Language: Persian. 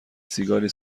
سیگاری